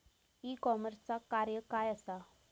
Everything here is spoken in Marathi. ई कॉमर्सचा कार्य काय असा?